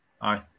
Aye